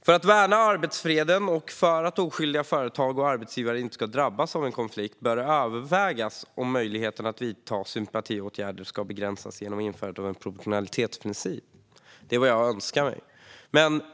För att värna arbetsfreden och för att oskyldiga företag och arbetsgivare inte ska drabbas av en konflikt bör det övervägas om möjligheten att vidta sympatiåtgärder ska begränsas genom införandet av en proportionalitetsprincip. Det är vad jag önskar mig.